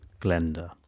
Glenda